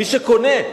מי שקונה.